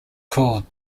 called